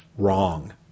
wrong